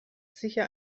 sicher